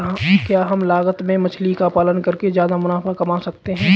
क्या कम लागत में मछली का पालन करके ज्यादा मुनाफा कमा सकते हैं?